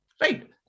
right